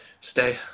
stay